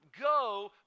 go